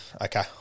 okay